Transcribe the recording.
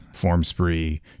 Formspree